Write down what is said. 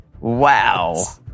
Wow